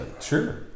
Sure